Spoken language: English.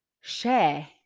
share